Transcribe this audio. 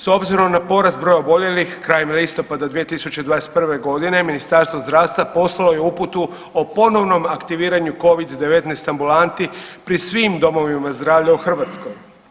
S obzirom na porast broja oboljelih krajem listopada 2021.g. Ministarstvo zdravstva poslalo je uputu o ponovnom aktiviranju covid-19 ambulanti pri svim domovima zdravlja u Hrvatskoj.